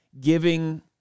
giving